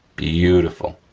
beautiful.